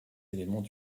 éléments